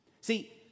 See